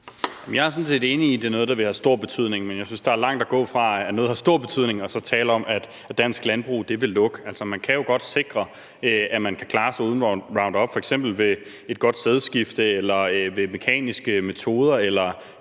Jeg er sådan set enig i, at det er noget, der vil have stor betydning, men jeg synes, der er langt at gå fra at sige, at noget har stor betydning, til at tale om, at dansk landbrug vil lukke. Man kan jo godt sikre, at man kan klare sig uden Roundup, f.eks. ved et godt sædskifte eller ved mekaniske metoder eller